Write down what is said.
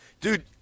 Dude